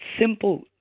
simple